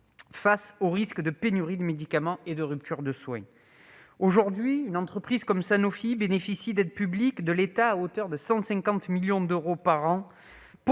face aux risques de pénurie de médicaments et de rupture de soins. L'entreprise Sanofi bénéficie d'aides publiques de l'État à hauteur de 150 millions d'euros par an ;